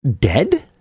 dead